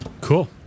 Cool